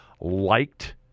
liked